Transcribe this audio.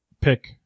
pick